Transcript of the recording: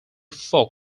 folk